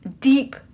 deep